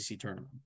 tournament